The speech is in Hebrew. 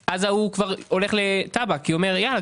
לאחר מכן הנער עובר לטבק כי הוא אומר שהוא